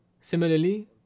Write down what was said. Similarly